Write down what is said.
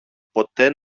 ποτέ